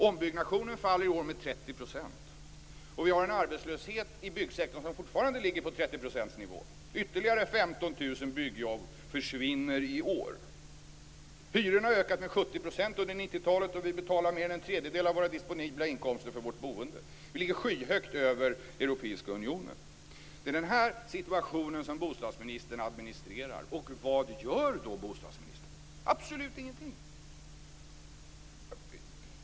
Ombyggnationen sjunker i år med 30 %. Vi har en arbetslöshet i byggsektorn som fortfarande ligger på Hyrorna har ökat med 70 % under 90-talet, och vi betalar mer än en tredjedel av våra disponibla inkomster för vårt boende. Vi ligger skyhögt över Europeiska unionen. Det är den här situationen som bostadsministern administrerar. Och vad gör då bostadsministern? Absolut ingenting!